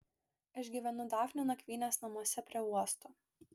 aš gyvenu dafnio nakvynės namuose prie uosto